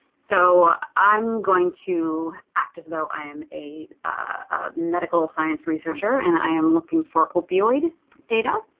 so i'm going to act as though i am a medical science researcher and i am looking for opioid data.